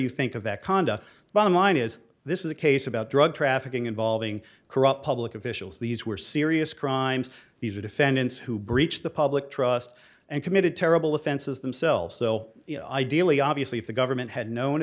you think of that conduct bottom line is this is a case about drug trafficking involving corrupt public officials these were serious crimes these are defendants who breach the public trust and committed terrible offenses themselves so you know ideally obviously if the government had known